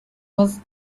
was